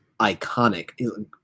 iconic